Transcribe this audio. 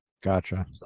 Gotcha